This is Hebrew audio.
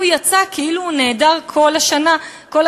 יצא כאילו הוא נעדר כל השנתיים